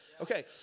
Okay